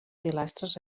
pilastres